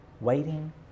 Waiting